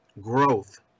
growth